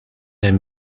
hemm